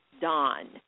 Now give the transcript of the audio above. Don